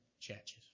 churches